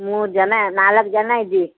ಮೂರು ಜನ ನಾಲ್ಕು ಜನ ಇದ್ದೀವಿ